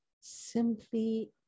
Simply